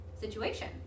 situation